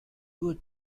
would